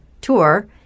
tour